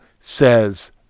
says